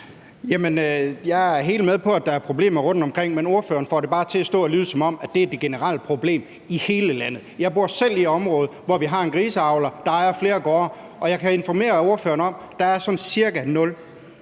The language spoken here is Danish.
Jeg er helt med på, at der er problemer rundtomkring, men ordføreren får det bare til at lyde, som om det er det generelle problem i hele landet. Jeg bor selv i et område, hvor vi har en griseavler, der ejer flere gårde, og jeg kan informere ordføreren om, at der er sådan